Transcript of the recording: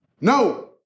No